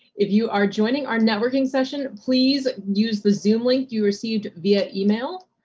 if you are joining our networking session please use the zoom link you received via email.